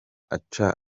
aca